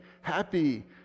happy